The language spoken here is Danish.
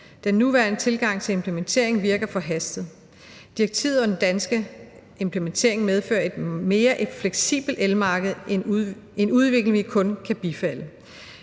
Den nuværende tilgang til implementeringen virker forhastet. Direktivet og den danske implementering medfører et mere fleksibelt elmarked – en udvikling, vi kun kan bifalde.